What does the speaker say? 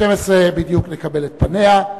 ב-12:00 בדיוק נקבל את פניה.